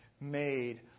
made